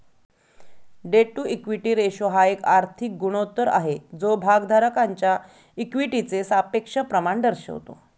date to equity ratio हा एक आर्थिक गुणोत्तर आहे जो भागधारकांच्या इक्विटीचे सापेक्ष प्रमाण दर्शवतो